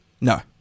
No